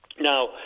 Now